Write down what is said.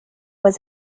was